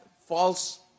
false